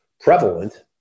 prevalent